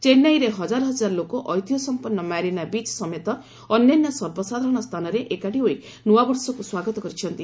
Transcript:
ଚେନ୍ନାଇରେ ହଜାର ହଜାର ଲୋକ ଐତିହ୍ୟ ସଂପନ୍ନ ମାରିନା ବିଚ୍ ସମେତ ଅନ୍ୟାନ୍ୟ ସର୍ବସାଧାରଣ ସ୍ଥାନରେ ଏକାଠି ହୋଇ ନୂଆବର୍ଷକୁ ସ୍ୱାଗତ କରିଛନ୍ତି